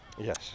yes